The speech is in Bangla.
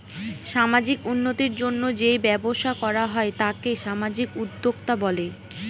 সামাজিক উন্নতির জন্য যেই ব্যবসা করা হয় তাকে সামাজিক উদ্যোক্তা বলে